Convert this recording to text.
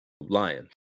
Lion